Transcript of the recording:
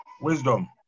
Wisdom